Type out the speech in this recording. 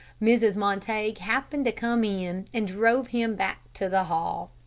mrs. montague happened to come in, and drove him back to the hall.